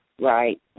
Right